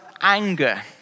anger